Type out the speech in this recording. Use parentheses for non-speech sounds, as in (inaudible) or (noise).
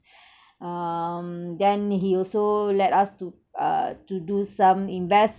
(breath) um then he also let us to uh to do some investment